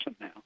now